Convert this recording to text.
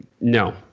no